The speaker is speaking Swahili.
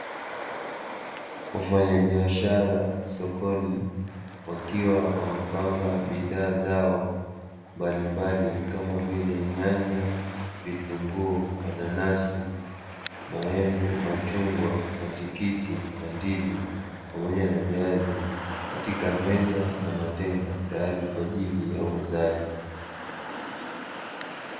Wafanyabiashara sokoni wakiwa wamepanga bidhaa zao mbalimbali kama vile nyanya, vitunguu, mananasi, maembe, machungwa, matikiti na ndizi pamoja na viazi katika meza na matenga tayari kwa ajili ya uuzaji.